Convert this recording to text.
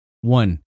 One